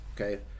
okay